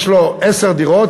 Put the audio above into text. יש לו עשר דירות,